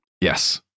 Yes